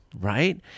right